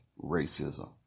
racism